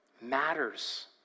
matters